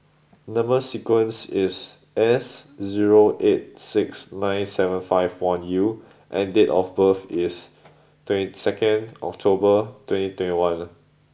number sequence is S zero eight six nine seven five one U and date of birth is twenty second October twenty twenty one